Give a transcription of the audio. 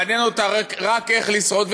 מעניין אותה רק איך לשרוד.